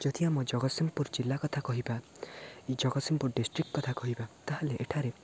ଯଦି ଆମ ଜଗତସିଂହପୁର ଜିଲ୍ଲା କଥା କହିବା ଏଇ ଜଗତସିଂହପୁର ଡିଷ୍ଟ୍ରିକ୍ଟ କଥା କହିବା ତାହେଲେ ଏଠାରେ